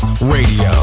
Radio